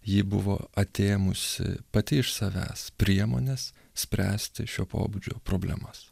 ji buvo atėmusi pati iš savęs priemones spręsti šio pobūdžio problemas